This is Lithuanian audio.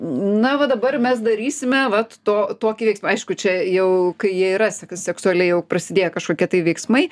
na va dabar mes darysime vat to tokį veiksmą aišku čia jau kai jie yra sek seksualiai jau prasidėję kažkokie tai veiksmai